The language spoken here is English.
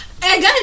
Again